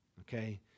okay